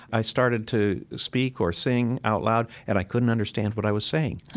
i started to speak or sing out loud, and i couldn't understand what i was saying.